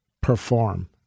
perform